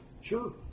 Sure